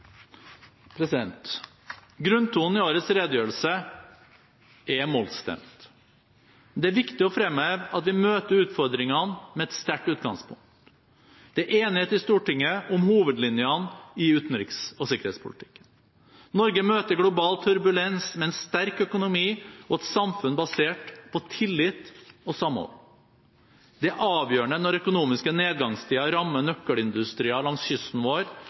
Grunntonen i årets redegjørelse er mollstemt. Men det er viktig å fremheve at vi møter utfordringene med et sterkt utgangspunkt. Det er enighet i Stortinget om hovedlinjene i utenriks- og sikkerhetspolitikken. Norge møter global turbulens med en sterk økonomi og et samfunn basert på tillit og samhold. Det er avgjørende når økonomiske nedgangstider rammer nøkkelindustrier langs kysten vår